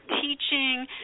teaching